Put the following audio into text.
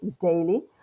daily